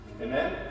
Amen